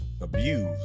abuse